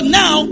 now